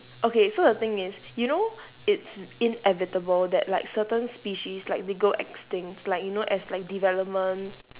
okay so the thing is you know it's inevitable that like certain species like they go extinct like you know as like development